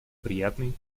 приятный